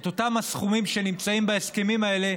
את אותם הסכומים שנמצאים בהסכמים האלה,